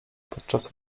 podczas